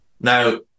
Now